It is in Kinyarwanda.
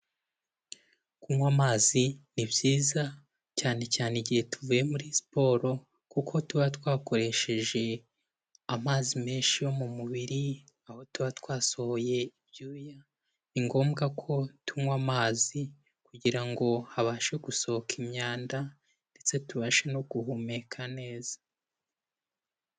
Kunywa amazi ni byiza cyanecyane igihe tuvuye muri siporo kuko tuba twakoresheje amazi menshi yo mu mubiri aho tuba twasohoye ibyuya ni ngombwa ko tunywa amazi kugira ngo habashe gusohoka imyanda ndetse tubashe no guhumeka neza.